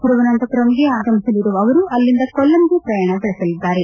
ತಿರುವನಂತಪುರಂಗೆ ಆಗಮಿಸಲಿರುವ ಅವರು ಅಲ್ಲಿಂದ ಕೊಲ್ಲಂಗೆ ಪ್ರಯಾಣ ಬೆಳೆಸಲಿದ್ದಾರೆ